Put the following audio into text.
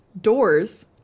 doors